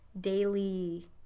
daily